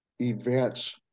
events